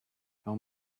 how